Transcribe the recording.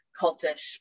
Cultish